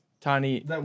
tiny